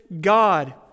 God